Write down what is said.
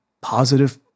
positive